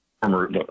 former